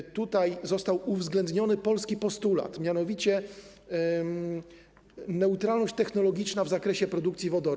I tam został uwzględniony polski postulat, mianowicie neutralność technologiczna w zakresie produkcji wodoru.